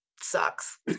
sucks